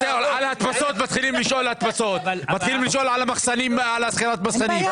מתחילים לשאול על הדפסות ועל שכירת מחסנים.